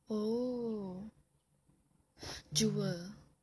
oh jewel